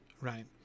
right